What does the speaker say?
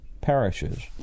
perishes